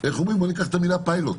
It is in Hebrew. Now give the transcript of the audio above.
בוא ניקח את המילה פילוט.